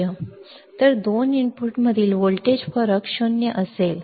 तर दोन इनपुटमधील व्होल्टेज फरक शून्य असेल शून्य असेल